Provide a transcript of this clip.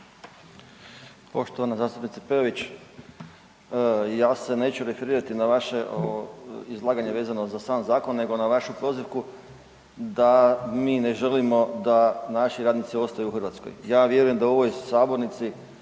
Poštovana zastupnice Peović. Ja se neću referirati na vaše izlaganje vezano na sam zakon nego na vašu prozivku da mi ne želimo da naši radnici ostaju u Hrvatskoj. Ja vjerujem da u ovoj sabornici